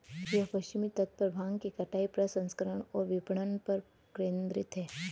यह पश्चिमी तट पर भांग की कटाई, प्रसंस्करण और विपणन पर केंद्रित है